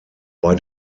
bei